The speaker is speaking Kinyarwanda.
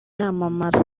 yamamara